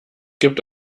gibt